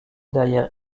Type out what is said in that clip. derrière